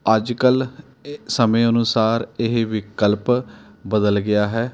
ਅੱਜ ਕੱਲ੍ਹ ਇਹ ਸਮੇਂ ਅਨੁਸਾਰ ਇਹ ਵਿਕਲਪ ਬਦਲ ਗਿਆ ਹੈ